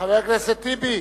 חבר הכנסת טיבי,